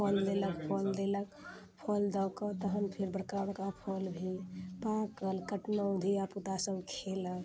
फल देलक फल देलक फल दऽ कऽ तहन फेर बड़का बड़का फल भेल पाकल कटलहुँ धिआ पुता सब खयलक